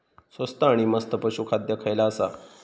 स्वस्त आणि मस्त पशू खाद्य खयला आसा?